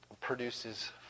produces